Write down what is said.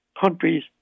countries